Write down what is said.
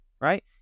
Right